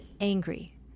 angry